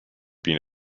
been